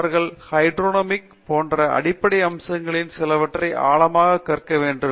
அவர்கள் ஹைட்ரொட்யனமிக் போன்ற அடிப்படை அம்சங்களில் சிலவற்றை ஆழமாக கற்க வேண்டும்